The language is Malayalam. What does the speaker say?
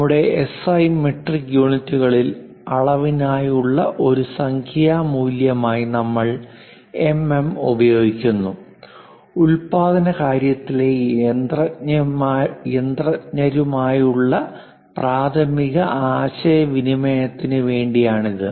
നമ്മുടെ എസ്ഐ മെട്രിക് യൂണിറ്റുകളിൽ അളവിനായുള്ള ഒരു സംഖ്യാ മൂല്യമായി നമ്മൾ എംഎം ഉപയോഗിക്കുന്നു ഉൽപാദന കര്യത്തിലെ യന്ത്രജ്ഞരുമായുള്ള പ്രാഥമിക ആശയവിനിമയത്തിനു വേണ്ടിയാണ് ഇത്